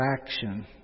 action